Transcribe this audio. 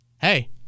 hey